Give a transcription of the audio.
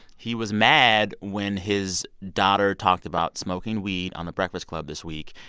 he was mad when his daughter talked about smoking weed on the breakfast club this week.